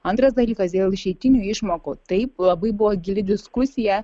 antras dalykas dėl išeitinių išmokų taip labai buvo gili diskusija